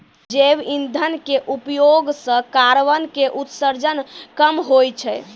जैव इंधन के उपयोग सॅ कार्बन के उत्सर्जन कम होय छै